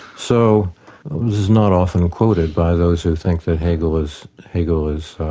so this is not often quoted by those who think that hegel is hegel is